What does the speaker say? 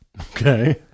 Okay